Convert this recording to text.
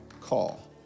call